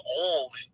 old